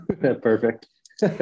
Perfect